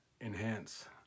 enhance